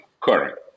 current